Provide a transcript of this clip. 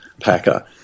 Packer